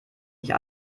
nicht